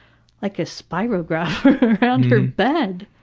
like a spirograph around her bed.